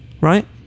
Right